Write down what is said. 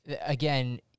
again